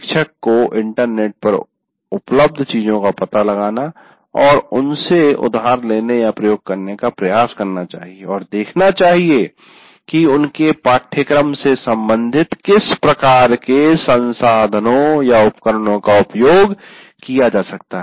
शिक्षक को इंटरनेट पर उपलब्ध चीजों का पता लगाना और उनसे उधार लेनेप्रयोग करने का प्रयास करना चाहिए और देखना चाहिए कि उनके पाठ्यक्रम से संबंधित किस प्रकार के संसाधनोंउपकरणों का उपयोग किया जा सकता है